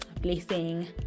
blessing